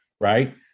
Right